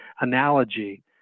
analogy